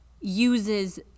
uses